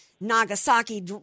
Nagasaki